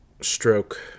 Stroke